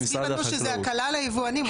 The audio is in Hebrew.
גל הסביר לנו שזה הקלה ליבואנים.